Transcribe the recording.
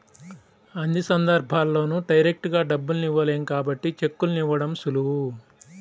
అన్ని సందర్భాల్లోనూ డైరెక్టుగా డబ్బుల్ని ఇవ్వలేం కాబట్టి చెక్కుల్ని ఇవ్వడం సులువు